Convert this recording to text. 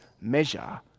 measure